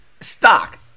stock